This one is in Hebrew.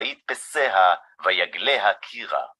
ויתפסיה ויגלה הקירה.